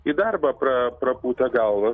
į darbą pra prapūtę galvas